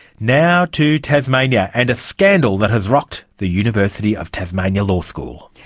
now to tasmania and a scandal that has rocked the university of tasmania law school.